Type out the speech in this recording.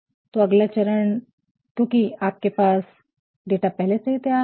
तो अगला चरण है क्योंकि आपके पास डाटा पहले से ही तैयार है